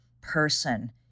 person